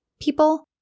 people